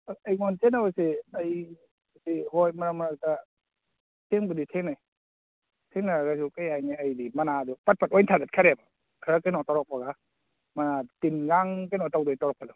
ꯑꯁ ꯑꯩꯉꯣꯟ ꯀꯩꯅꯣꯁꯦ ꯑꯩꯗꯤ ꯍꯣꯏ ꯃꯔꯛ ꯃꯔꯛꯇ ꯊꯦꯡꯕꯨꯗꯤ ꯊꯦꯡꯅꯩ ꯊꯦꯡꯅꯔꯒꯁꯨ ꯀꯩ ꯍꯥꯏꯅꯤ ꯑꯩꯗꯤ ꯃꯅꯥꯗꯨ ꯄꯠ ꯄꯠ ꯂꯣꯏ ꯊꯗꯠꯈ꯭ꯔꯦꯕ ꯈꯔ ꯀꯩꯅꯣ ꯇꯧꯔꯛꯄꯒ ꯃꯅꯥꯗꯣ ꯇꯤꯟ ꯂꯥꯡ ꯀꯩꯅꯣ ꯇꯧꯗꯣꯏ ꯇꯧꯔꯛꯄꯗꯣ